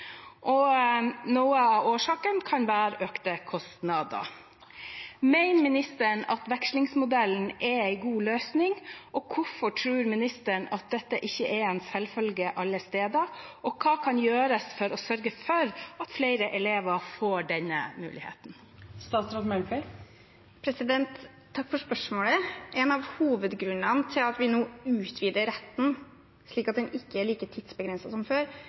god løsning? Hvorfor tror ministeren at dette ikke er en selvfølge alle steder, og hva kan gjøres for å sørge for at flere elever får denne muligheten? Takk for spørsmålet. En av hovedgrunnene til at vi nå utvider retten slik at den ikke er like tidsbegrenset som før,